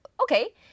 Okay